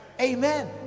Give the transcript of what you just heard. Amen